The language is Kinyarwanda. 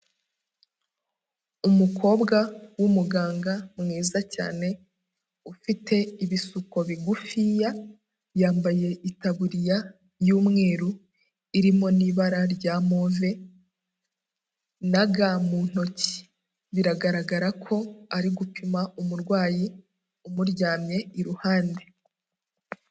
Umukobwa w'umuganga mwiza cyane, ufite ibisuko bigufiya, yambaye itaburiya y'umweru irimo n'ibara rya move na ga mu ntoki, biragaragara ko ari gupima umurwayi umuryamye iruhande.